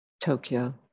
Tokyo